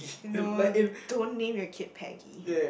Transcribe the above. no don't name your kid Peggy